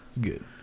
good